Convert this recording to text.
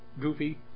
goofy